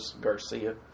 Garcia